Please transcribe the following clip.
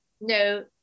no